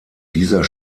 dieser